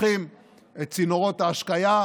חותכים את צינורות ההשקיה,